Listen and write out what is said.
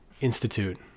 Institute